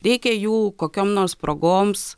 reikia jų kokiom nors progoms